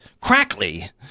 crackly